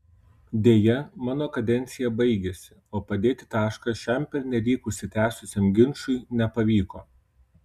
deja mano kadencija baigėsi o padėti tašką šiam pernelyg užsitęsusiam ginčui nepavyko